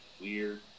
weird